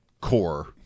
core